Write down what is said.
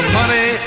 money